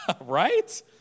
right